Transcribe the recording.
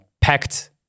packed